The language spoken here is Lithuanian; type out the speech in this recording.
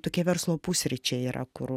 tokie verslo pusryčiai yra kur